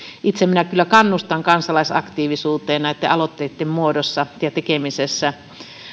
itse minä kyllä kannustan kansalaisaktiivisuuteen näitten aloitteitten muodossa ja tekemisessä